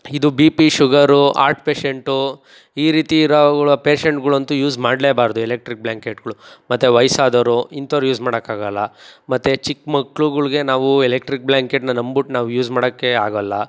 ಇದು B P sugar heart patient ಈ ರೀತಿ ಇರವುಗಳ ಪೇಶೆಂಟ್ಗಳಂತು ಯೂಸ್ ಮಾಡಲೇಬಾರ್ದು ಎಲೆಕ್ಟ್ರಿಕ್ ಬ್ಲ್ಯಾಂಕೆಟ್ಗಳು ಮತ್ತು ವಯಸ್ಸಾದವ್ರು ಇಂಥವ್ರು ಯೂಸ್ ಮಾಡಕ್ಕಾಗಲ್ಲ ಮತ್ತು ಚಿಕ್ಕಮಕ್ಳುಗಳ್ಗೆ ನಾವು ಎಲೆಕ್ಟ್ರಿಕ್ ಬ್ಲ್ಯಾಂಕೆಟ್ನ ನಂಬುಟ್ಟು ನಾವು ಯೂಸ್ ಮಾಡಕ್ಕೆ ಆಗಲ್ಲ